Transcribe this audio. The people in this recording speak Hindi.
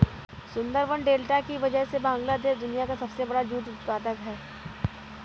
सुंदरबन डेल्टा की वजह से बांग्लादेश दुनिया का सबसे बड़ा जूट उत्पादक है